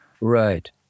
Right